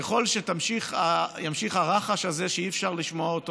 ככל שימשיך הרחש הזה שאי-אפשר לשמוע אותו,